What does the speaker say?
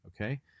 okay